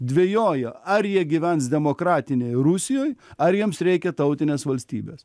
dvejojo ar jie gyvens demokratinėj rusijoj ar jiems reikia tautinės valstybės